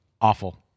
Awful